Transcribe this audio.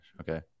okay